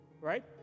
right